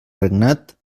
regnat